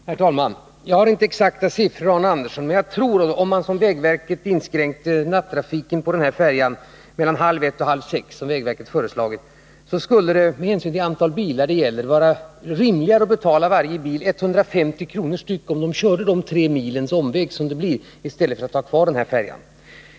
Herr talman! Jag har inte exakta siffror, Arne Andersson, men jag tror att om vägverket inskränkte nattrafiken på denna färja mellan klockan halv ett och halv sex — som vägverket föreslagit — skulle det med hänsyn till det antal bilar det gäller vara rimligare att till varje bilförare betala 150 kr. för att köra den omväg på tre mil som det blir i stället för att ta färjan.